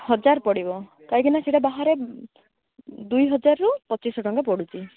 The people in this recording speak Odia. ହଜାର ପଡ଼ିବ କାହିଁକି ନା ସେଇଟା ବାହାରେ ଦୁଇ ହଜାରରୁ ପଚିଶ ଶହ ଟଙ୍କା ପଡ଼ୁଛି